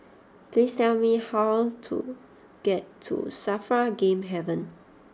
please tell me how to get to Safra Game Haven